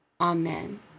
Amen